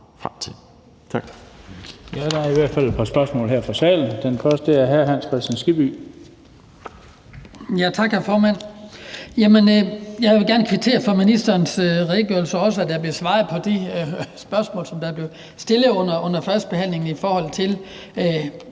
Jeg vil gerne kvittere for ministerens redegørelse, også for at der blev svaret på de spørgsmål, som er blevet stillet under førstebehandlingen om